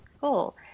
Cool